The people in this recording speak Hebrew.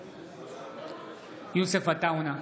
בעד יוסף עטאונה,